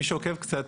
מי שעוקב קצת,